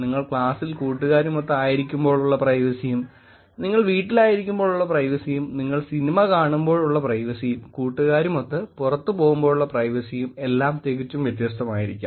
നിങ്ങൾ ക്ലാസ്സിൽ കൂട്ടുകാരുമൊത്ത് ആയിരിക്കുമ്പോളുള്ള പ്രൈവസിയും നിങ്ങൾ വീട്ടിലായിരിക്കുമ്പോഴുള്ള പ്രൈവസിയും നിങ്ങൾ സിനിമ കാണുമ്പോഴുള്ള പ്രൈവസിയും കൂട്ടുകാരുമൊത്ത് പുറത്തുപോവുമ്പോഴുള്ള പ്രൈവസിയും എല്ലാം തികച്ചും വ്യത്യസ്തമായിരിക്കും